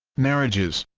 marriages